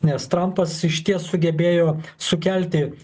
nes trampas išties sugebėjo sukelti